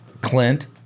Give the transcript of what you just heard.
Clint